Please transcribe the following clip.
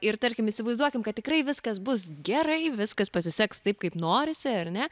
ir tarkim įsivaizduokim kad tikrai viskas bus gerai viskas pasiseks taip kaip norisi ar ne